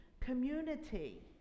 Community